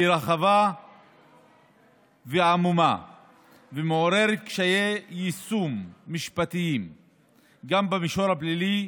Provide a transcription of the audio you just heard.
היא רחבה ועמומה ומעוררת קשיי יישום משפטיים גם במישור הפלילי,